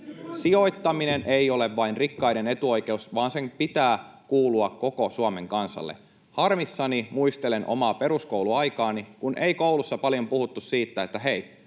Sijoittaminen ei ole vain rikkaiden etuoikeus, vaan sen pitää kuulua koko Suomen kansalle. Harmissani muistelen omaa peruskouluaikaani, kun ei koulussa paljon puhuttu siitä, että hei,